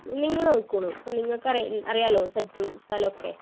നിങ്ങൾ നോക്കിക്കോളൂ ഇപ്പം നിങ്ങൾക്ക് അറിയാമല്ലോ സെറ്റും സ്ഥലമൊക്കെ